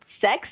sex